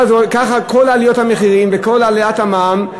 ככה כל עליות המחירים וכל עליית המע"מ,